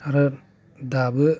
आरो दाबो